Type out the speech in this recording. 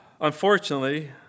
Unfortunately